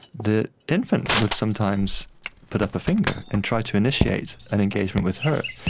the infant would sometimes put up a finger and try to initiate an engagement with her.